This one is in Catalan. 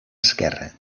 esquerre